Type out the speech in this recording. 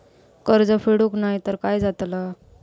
कर्ज फेडूक नाय तर काय जाताला?